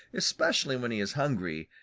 especially when he is hungry,